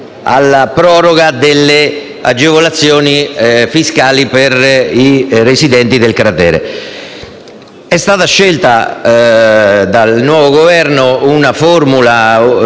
alla proroga delle agevolazioni fiscali per i residenti nell'area del cratere. È stata scelta dal nuovo Governo la formula